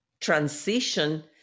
transition